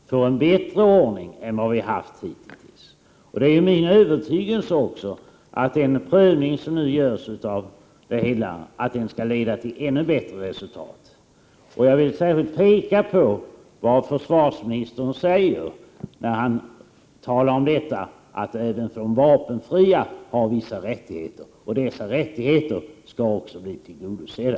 Herr talman! Jag tror att vi med det vi nu har kommit fram till får en bättre ordning än vi har haft hitintills. Det är också min övertygelse att den prövning som nu görs skall leda fram till ännu bättre resultat. Jag vill särskilt peka på vad försvarsministern säger i detta sammanhang, nämligen att även de vapenfria har vissa rättigheter och att dessa rättigheter också skall bli tillgodosedda.